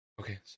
Okay